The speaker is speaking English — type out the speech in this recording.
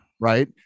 Right